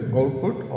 output